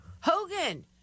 Hogan